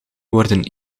worden